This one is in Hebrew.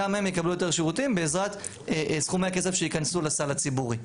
גם הם יקבלו יותר שירותים בעזרת סכומי הכסף שייכנסו לסל הציבורי.